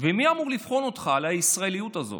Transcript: ומי אמור לבחון אותך על הישראליות הזאת,